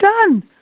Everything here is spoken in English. done